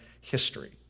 history